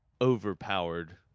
overpowered